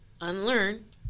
unlearn